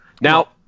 Now